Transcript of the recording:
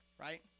right